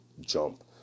jump